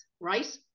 right